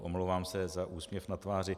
Omlouvám se za úsměv na tváři.